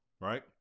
right